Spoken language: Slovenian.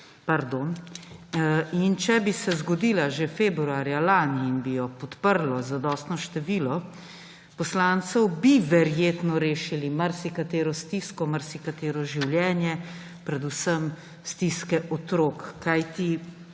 Če bi se zgodila že februarja lani in bi jo podprlo zadostno število poslancev, bi verjetno rešili marsikatero stisko, marsikatero življenje, predvsem stiske otrok.